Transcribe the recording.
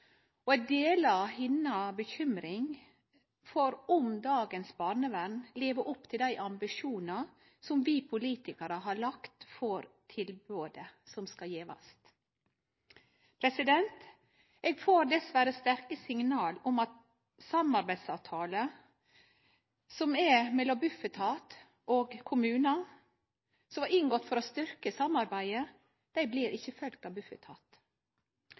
og eg deler hennar bekymring for om dagens barnevern lever opp til dei ambisjonane som vi politikarar har lagt for tilboda som skal gjevast. Eg får dessverre sterke signal om at samarbeidsavtaler mellom Bufetat og kommunar, som var inngått for å styrkje samarbeidet, ikkje blir følgde opp av Bufetat.